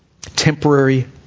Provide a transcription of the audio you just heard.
temporary